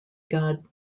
god